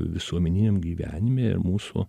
visuomeniniam gyvenime mūsų